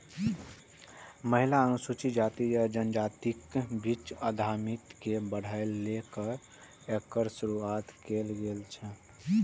महिला, अनुसूचित जाति आ जनजातिक बीच उद्यमिता के बढ़ाबै लेल एकर शुरुआत कैल गेल छै